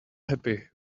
happy